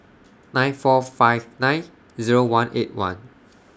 nine four five nine Zero one eight one